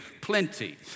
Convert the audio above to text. Plenty